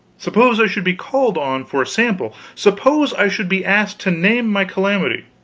suppose i should be called on for a sample? suppose i should be asked to name my calamity?